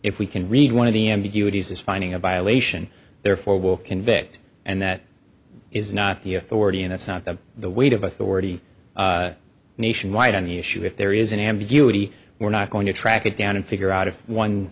if we can read one of the ambiguities is finding a violation therefore will convict and that is not the authority and it's not the weight of authority nationwide on the issue if there is an ambiguity we're not going to track it down and figure out if one